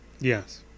Yes